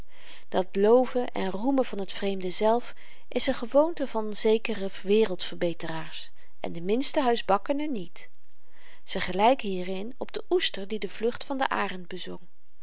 dat loven en roemen van t vreemde zèlf is n gewoonte van zekere wereldverbeteraars en de minste huisbakkene niet ze gelyken hierin op den oester die de vlucht van den arend